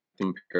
compare